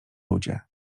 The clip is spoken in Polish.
ludzie